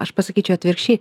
aš pasakyčiau atvirkščiai